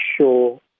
sure